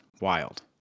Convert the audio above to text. wild